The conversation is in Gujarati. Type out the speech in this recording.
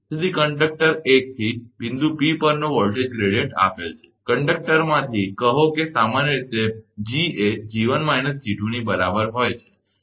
તેથી કંડક્ટર 1 થી બિંદુ P પરનો વોલ્ટેજ ગ્રેડીયંટ આપેલ છે કન્ડક્ટરમાંથી કહો કે સામાન્ય રીતે G એ 𝐺1 − 𝐺2 ની બરાબર હોય છે